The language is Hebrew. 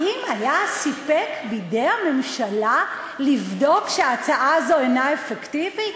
האם היה סיפק בידי הממשלה לבדוק שההצעה הזאת אינה אפקטיבית?